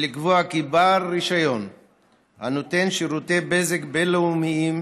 ולקבוע כי בעל רישיון הנותן שירותי בזק בין-לאומיים